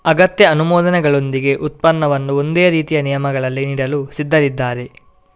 ಅಗತ್ಯ ಅನುಮೋದನೆಗಳೊಂದಿಗೆ ಉತ್ಪನ್ನವನ್ನು ಒಂದೇ ರೀತಿಯ ನಿಯಮಗಳಲ್ಲಿ ನೀಡಲು ಸಿದ್ಧರಿದ್ದಾರೆ